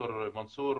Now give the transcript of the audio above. ד"ר מנסור.